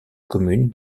commune